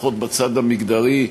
לפחות בצד המגדרי,